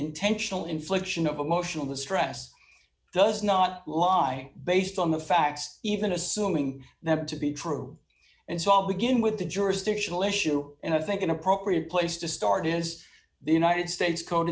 intentional infliction of emotional distress does not lie based on the facts even assuming that to be true and so i'll begin with the jurisdictional issue and i think an appropriate place to start is the united states code